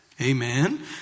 Amen